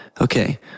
okay